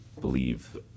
believe